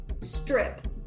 Strip